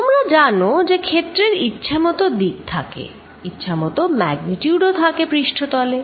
তোমরা জানো যে ক্ষেত্রের ইচ্ছামত দিক থাকে ইচ্ছামত ম্যাগনিচিউড ও থাকে পৃষ্ঠতলে